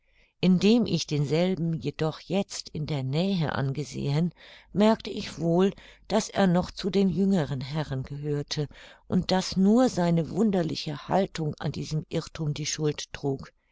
indem ich denselben jedoch jetzt in der nähe angesehen merkte ich wohl daß er noch zu den jüngeren herren gehörte und daß nur seine wunderliche haltung an diesem irrthum die schuld trug